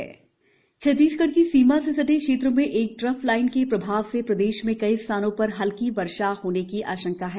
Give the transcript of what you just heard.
मौसम छत्तीसगढ़ की सीमा से सटे क्षेत्र में एक ट्रफ लाइन के प्रभाव से प्रदेश में कई स्थानों पर हल्की वर्षा होने की आशंका है